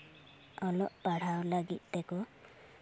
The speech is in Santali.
ᱚᱞᱚᱜ ᱯᱟᱲᱦᱟᱣ ᱞᱟᱹᱜᱤᱫ ᱛᱮᱠᱚ